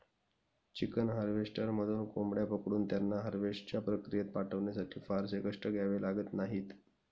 chicken हार्वेस्टरमधून कोंबड्या पकडून त्यांना हार्वेस्टच्या प्रक्रियेत पाठवण्यासाठी फारसे कष्ट घ्यावे लागत नाहीत